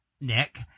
Nick